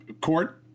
court